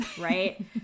right